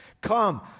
Come